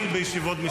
(חבר הכנסת איימן עודה יוצא מאולם המליאה.)